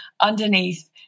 underneath